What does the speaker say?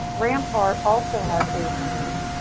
rampart also has eight lanes.